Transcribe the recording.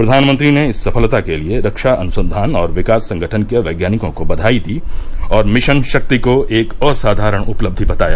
प्रधानमंत्री ने इस सफलता के लिए रक्षा अनुसंधान और विकास संगठन के वैज्ञानिकों को बधाई दी और मिशन शक्ति को एक असाधारण उपलब्धि बताया